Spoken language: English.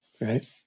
right